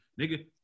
nigga